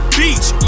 beach